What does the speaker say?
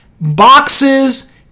boxes